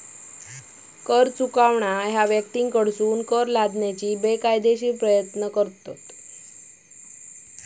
कर चुकवणा ह्या व्यक्तींकडसून कर लादण्याचो बेकायदेशीर प्रयत्न असा